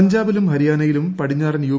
പഞ്ചാബിലും ഹരിയാനയിലും പടിഞ്ഞാറൻ യു